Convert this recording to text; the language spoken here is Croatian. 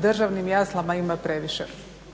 državnim jaslama ima previše.